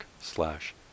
slash